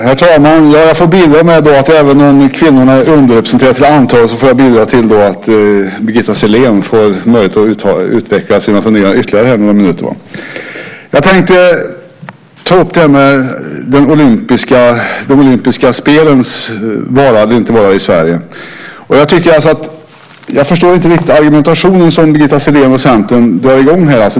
Herr talman! Om kvinnorna är underrepresenterade till antalet får jag erbjuda Birgitta Sellén en möjlighet att utveckla sina funderingar ytterligare några minuter. Jag tänkte ta upp frågan om de olympiska spelens vara eller inte vara i Sverige. Jag förstår inte riktigt Birgitta Selléns och Centerns argumentation.